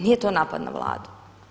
Nije to napad na Vladu.